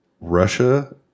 russia